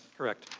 correct.